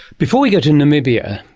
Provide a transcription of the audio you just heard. before we go to namibia,